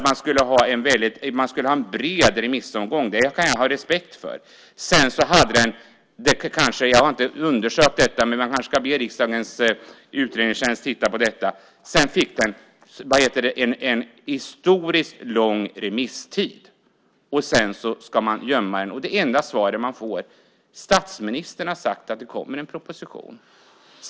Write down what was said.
Man skulle ha en bred remissomgång. Det kan jag ha respekt för. Sedan fick den en historiskt lång remisstid. Jag har inte undersökt detta. Man kanske ska be riksdagens utredningstjänst titta på detta. Sedan ska man gömma den. Det enda svar man får är att statsministern har sagt att det kommer en proposition.